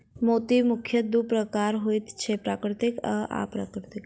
मोती मुखयतः दू प्रकारक होइत छै, प्राकृतिक आ अप्राकृतिक